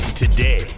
Today